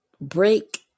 break